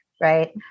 right